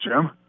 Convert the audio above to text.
Jim